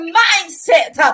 mindset